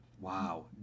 Wow